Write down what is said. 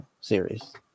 series